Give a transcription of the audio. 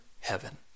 heaven